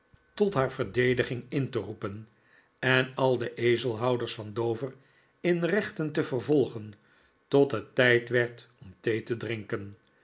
tot david copperfield haar verdediging in te roepen en al de ezelhouders van dover in rechten te vervolgen tot het tijd werd om thee te drinken